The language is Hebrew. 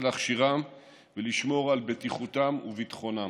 להכשירם ולשמור על בטיחותם וביטחונם.